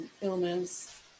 illness